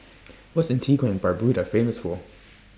What's Antigua and Barbuda Famous For